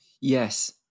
Yes